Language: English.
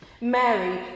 Mary